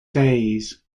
days